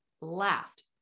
laughed